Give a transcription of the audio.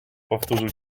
powtórzył